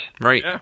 Right